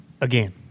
Again